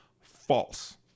false